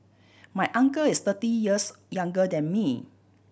my uncle is thirty years younger than me